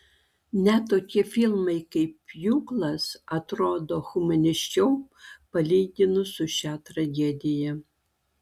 net tokie filmai kaip pjūklas atrodo humaniškiau palyginus su šia tragedija